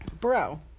bro